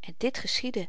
en dit geschiedde